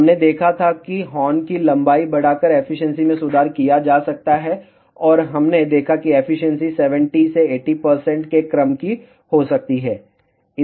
हमने देखा था कि हॉर्न की लंबाई बढ़ाकर एफिशिएंसी में सुधार किया जा सकता है और हमने देखा कि एफिशिएंसी 70 से 80 के क्रम की हो सकती है